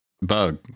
bug